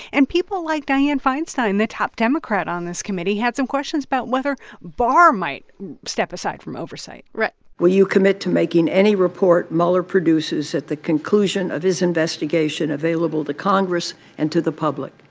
and people like dianne feinstein, the top democrat on this committee, had some questions about whether barr might step aside from oversight right will you commit to making any report mueller produces at the conclusion of his investigation available to congress and to the public?